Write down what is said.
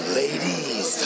ladies